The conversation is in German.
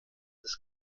des